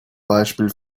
beispiel